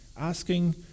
asking